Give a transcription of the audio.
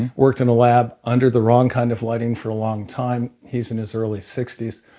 worked in a lab under the wrong kind of lighting for a long time, he's in his early sixty s,